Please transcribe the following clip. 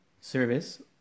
service